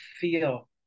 feel